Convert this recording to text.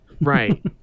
Right